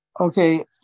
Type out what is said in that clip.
Okay